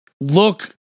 look